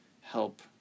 help